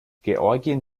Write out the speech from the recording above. georgien